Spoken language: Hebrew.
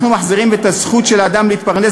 אנחנו מחזירים את הזכות של האדם להתפרנס